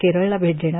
केरळला भेट देणार